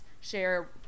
share